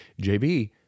jb